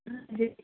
ਹਾਂਜੀ